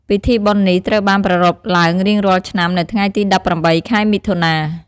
ពិធីបុណ្យនេះត្រូវបានប្រារព្ធឡើងរៀងរាល់ឆ្នាំនៅថ្ងៃទី ១៨ ខែមិថុនា ។